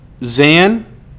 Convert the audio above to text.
Zan